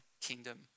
kingdom